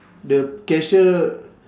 the cashier